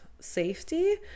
safety